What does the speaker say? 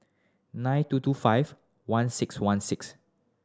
nine two two five one six one six